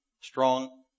strong